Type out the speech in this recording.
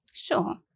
Sure